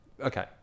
Okay